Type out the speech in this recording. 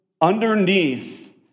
underneath